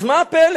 אז מה הפלא?